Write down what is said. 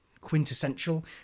quintessential